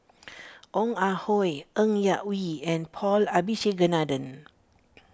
Ong Ah Hoi Ng Yak Whee and Paul Abisheganaden